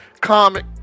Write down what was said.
comic